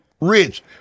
rich